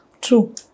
True